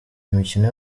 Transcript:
imikino